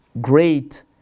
great